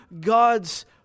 God's